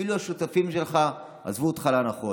אפילו השותפים שלך עזבו אותך לאנחות.